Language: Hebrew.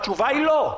התשובה היא לא.